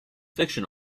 fiction